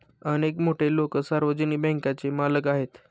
अनेक मोठे लोकं सार्वजनिक बँकांचे मालक आहेत